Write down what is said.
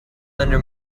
under